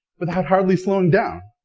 without hardly slowing down.